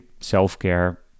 self-care